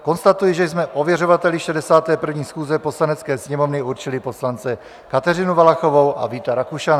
Konstatuji, že jsme ověřovateli 61. schůze Poslanecké sněmovny určili poslance Kateřinu Valachovou a Víta Rakušana.